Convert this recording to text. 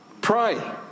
Pray